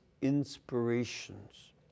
INSPIRATIONS